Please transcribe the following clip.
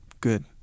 good